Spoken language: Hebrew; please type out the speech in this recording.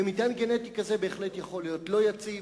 ומטען גנטי כזה בהחלט יכול להיות לא יציב,